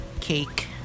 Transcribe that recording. cake